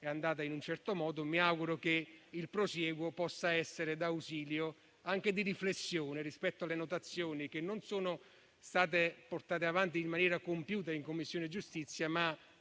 andata in un altro modo; mi auguro che il prosieguo possa essere d'ausilio anche alla riflessione rispetto alle notazioni che non sono state portate avanti in maniera compiuta in Commissione giustizia ma